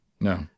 no